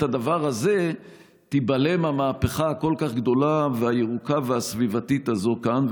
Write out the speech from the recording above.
הדבר הזה לא תיבלם המהפכה הכל-כך גדולה והירוקה והסביבתית הזו כאן,